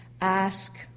ask